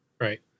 Right